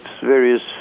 various